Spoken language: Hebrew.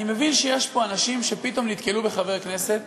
אני מבין שיש פה אנשים שפתאום נתקלו בחבר כנסת